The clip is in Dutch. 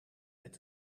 met